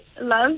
love